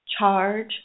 charge